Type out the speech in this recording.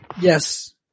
Yes